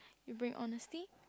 you bring honesty